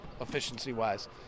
efficiency-wise